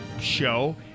show